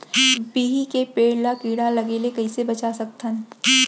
बिही के पेड़ ला कीड़ा लगे ले कइसे बचा सकथन?